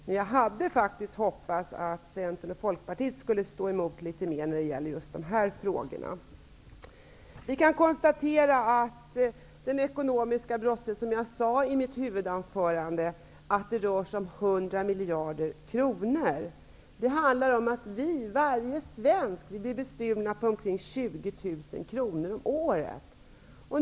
Men jag hade faktiskt hoppats att Centern och Folkpartiet skulle stå emot litet mer när det gäller just de här frågorna Vi kan konstatera att den ekonomiska brottsligheten -- som jag sade i mitt huvudanförande -- rör sig om 100 miljarder kronor. Det handlar om att varje svensk blir bestulen på omkring 20 000 kr om året.